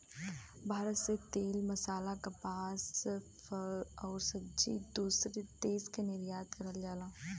भारत से तेल मसाला कपास फल आउर सब्जी दूसरे देश के निर्यात करल जाला